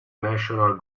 national